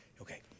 Okay